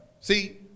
see